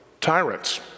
Tyrants